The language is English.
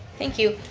thank you.